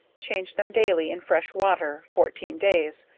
change them daily in fresh water, fourteen days,